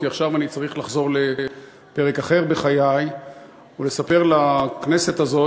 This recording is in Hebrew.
כי עכשיו אני צריך לחזור לפרק אחר בחיי ולספר לכנסת הזאת